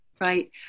Right